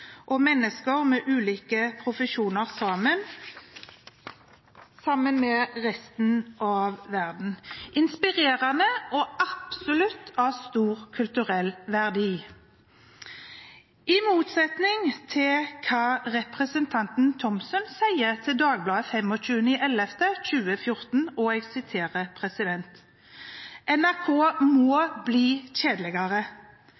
og mennesker med ulike profesjoner sammen med resten av verden – inspirerende og absolutt av stor kulturell verdi, i motsetning til hva representanten Thomsen sier til Dagbladet 25. november 2014: «NRK må bli kjedeligere.» Han sier videre at NRK